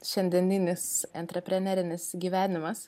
šiandieninis antrepreneris gyvenimas